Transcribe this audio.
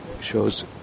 shows